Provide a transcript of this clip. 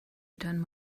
returned